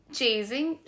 chasing